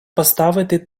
поставити